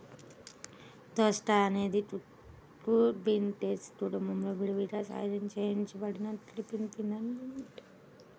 దోసకాయఅనేది కుకుర్బిటేసి కుటుంబంలో విరివిగా సాగు చేయబడిన క్రీపింగ్ వైన్ప్లాంట్